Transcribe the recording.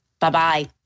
Bye-bye